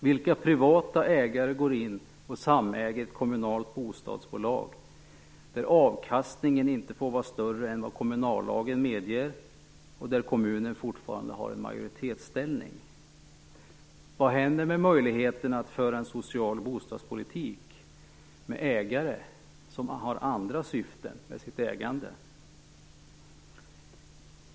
Vilka privata ägare går in och samäger ett kommunalt bostadsbolag där avkastningen inte får vara större än vad kommunallagen medger och där kommunen fortfarande har en majoritetsställning? Vad händer med möjligheten att föra en social bostadspolitik med ägare som har andra syften med sitt ägande?